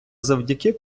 завдяки